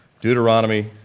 Deuteronomy